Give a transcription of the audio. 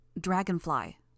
Dragonfly